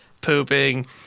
pooping